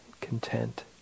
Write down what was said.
content